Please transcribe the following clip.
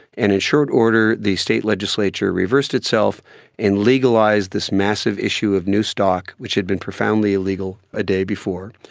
and in short order the state legislature reversed itself and legalised this massive issue of new stock which had been profoundly illegal a day before,